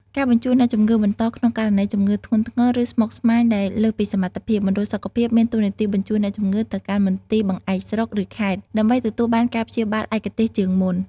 ការបញ្ជូនអ្នកជំងឺបន្ត ក្នុងករណីជំងឺធ្ងន់ធ្ងរ ឬស្មុគស្មាញដែលលើសពីសមត្ថភាព មណ្ឌលសុខភាពមានតួនាទីបញ្ជូនអ្នកជំងឺទៅកាន់មន្ទីរពេទ្យបង្អែកស្រុក ឬខេត្ត ដើម្បីទទួលបានការព្យាបាលឯកទេសជាងមុន។